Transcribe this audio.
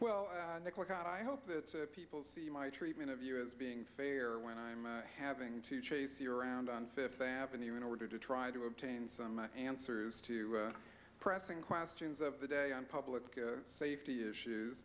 look i hope that people see my treatment of you as being fair when i'm having to chase you around on fifth avenue in order to try to obtain some answers to pressing questions of the day on public safety